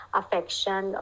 affection